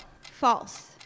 False